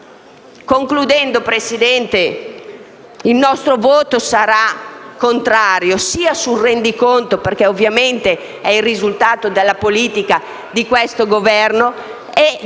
Concludendo, signora Presidente, il nostro voto sarà contrario sul Rendiconto, perché ovviamente è il risultato della politica di questo Governo, e